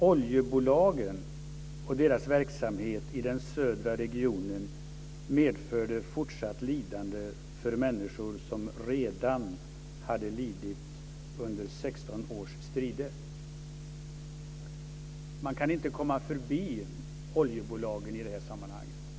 Oljebolagens verksamhet i den södra regionen medförde fortsatt lidande för människor som redan hade lidit under 16 års strider." Man kan inte komma förbi oljebolagen i det här sammanhanget.